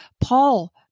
Paul